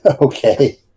Okay